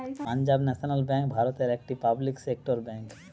Punjab National Bank ভারতের একটি public sector bank